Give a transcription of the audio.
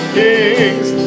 kings